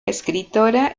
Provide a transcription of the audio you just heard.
escritora